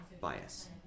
bias